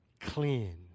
clean